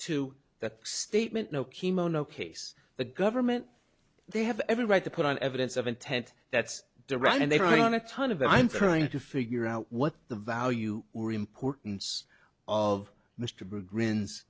to that statement no chemo no case the government they have every right to put on evidence of intent that's duran and they don't want a ton of i'm trying to figure out what the value we're importance of mr brewer grins